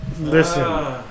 Listen